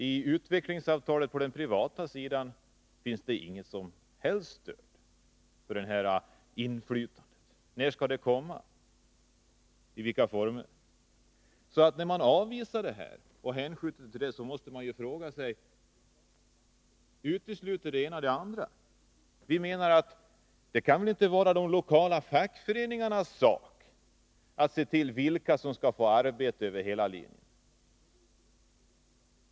I utvecklingsavtalet på den privata sidan finns inget som helst stöd för detta inflytande. När skall det komma och i vilka former? När man nu avvisar förslaget om obligatorisk arbetsförmedling, måste jag fråga: Utesluter det ena det andra? Det kan väl inte vara de lokala fackföreningarnas sak att avgöra vilka som skall få arbete över hela linjen?